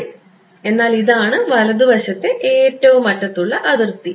അതെ എന്നാൽ ഇതാണ് വലതുവശത്തെ ഏറ്റവും അറ്റത്തുള്ള അതിർത്തി